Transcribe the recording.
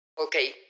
Okay